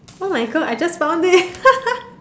!oh-my-God! I just found it